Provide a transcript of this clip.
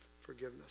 forgiveness